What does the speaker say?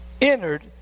entered